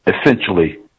essentially